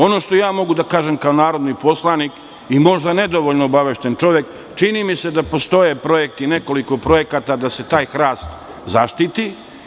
Ono što ja mogu da kažem kao narodni poslanik i možda nedovoljno obavešten čovek, čini mi se da postoji nekoliko projekata da se taj hrast zaštiti.